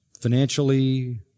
financially